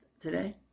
today